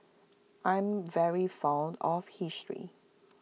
I'm very fond of history